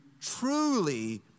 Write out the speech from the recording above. truly